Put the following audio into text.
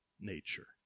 nature